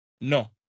No